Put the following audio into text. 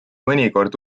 mõnikord